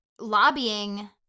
lobbying